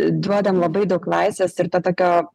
duodam labai daug laisvės ir to tokio